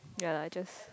yea lah just